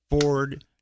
Ford